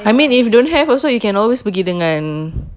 I mean if don't have also you can always pergi dengan